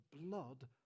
blood